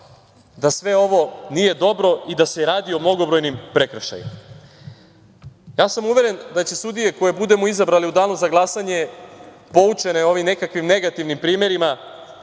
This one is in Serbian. da sve ovo nije dobro i da se radi o mnogobrojnim prekršajima. Ja sam uveren da ćemo sudije koje budemo izabrali u danu za glasanje, poučene nekim negativnim primerima,